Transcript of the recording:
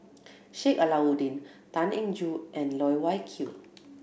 Sheik Alau'ddin Tan Eng Joo and Loh Wai Kiew